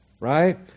right